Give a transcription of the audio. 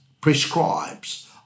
prescribes